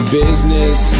business